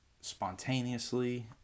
spontaneously